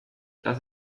das